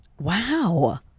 Wow